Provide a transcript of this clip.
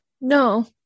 No